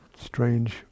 strange